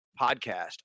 podcast